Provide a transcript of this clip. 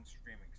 streaming